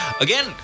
Again